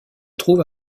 trouve